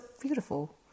beautiful